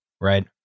Right